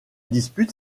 dispute